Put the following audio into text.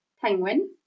Penguin